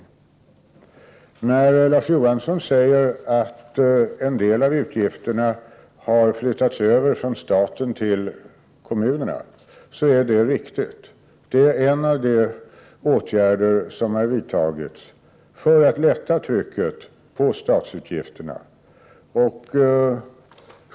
Det är riktigt, som Larz Johansson säger, att en del av utgifterna har flyttats över från staten till kommunerna. Det är en av de åtgärder som har vidtagits för att lätta trycket på statsutgifterna.